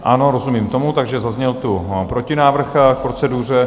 Ano, rozumím tomu, takže zazněl tu protinávrh k proceduře.